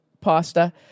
pasta